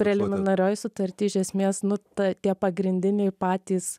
preliminarioj sutarty iš esmės nu ta tie pagrindiniai patys